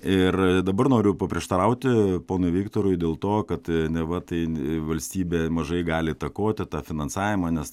ir dabar noriu paprieštarauti ponui viktorui dėl to kad neva tai valstybė mažai gali įtakoti tą finansavimą nes